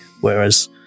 whereas